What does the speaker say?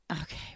okay